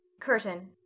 Curtain